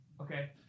Okay